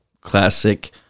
Classic